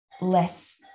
less